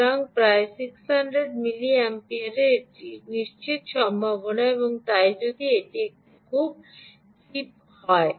সুতরাং প্রায় 600 মিলি অ্যাম্পিয়ারের একটি নিশ্চিত সম্ভাবনা এবং তাই যদি এটি বেশ কিছুটা চিপ হয়